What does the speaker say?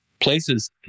places